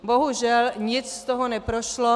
Bohužel nic z toho neprošlo.